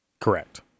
Correct